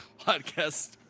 podcast